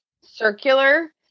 circular